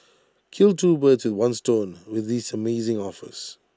kill two birds with one stone with these amazing offers